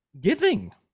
giving